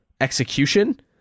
execution